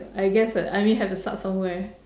I guess uh I mean have to start somewhere